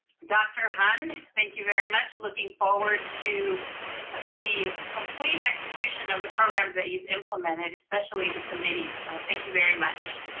dr. hund, thank you very much. looking forward to the complete execution of the programs that you've implemented, especially the committees, so thank you very much.